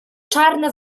czarne